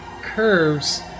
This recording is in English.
curves